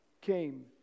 came